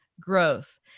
growth